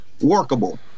workable